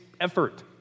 effort